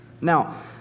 Now